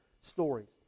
stories